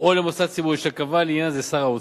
או למוסד ציבורי שקבע לעניין זה שר האוצר,